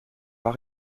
pas